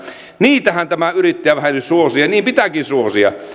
niitähän tämä yrittäjävähennys suosii ja niin pitääkin suosia